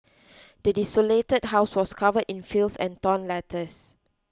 the desolated house was covered in filth and torn letters